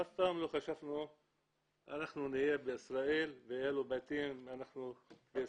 אף פעם לא חשבנו שאנחנו נהיה בישראל ויהיו לנו בתים בישראל.